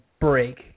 break